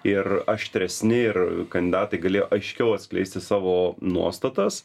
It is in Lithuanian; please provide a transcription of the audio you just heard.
ir aštresni ir kandidatai galėjo aiškiau atskleisti savo nuostatas